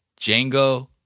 Django